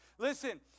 Listen